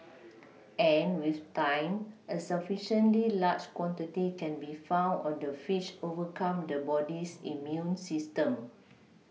and with time a sufficiently large quantity can be found on the fish overcome the body's immune system